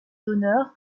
d’honneur